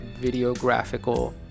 videographical